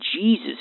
Jesus